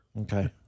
Okay